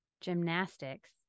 gymnastics